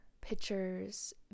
pictures